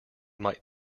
might